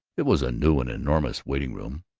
it was a new and enormous waiting-room,